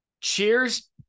Cheers